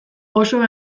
oso